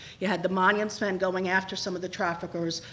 you had the monuments men going after some of the traffickers,